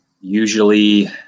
usually